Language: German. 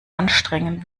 anstrengen